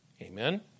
Amen